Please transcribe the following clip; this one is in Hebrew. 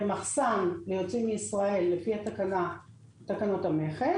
למחסן ויוצאים לישראל לפי תקנות המכס,